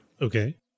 Okay